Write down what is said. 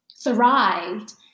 thrived